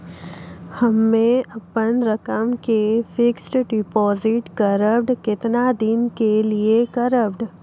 हम्मे अपन रकम के फिक्स्ड डिपोजिट करबऽ केतना दिन के लिए करबऽ?